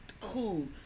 cool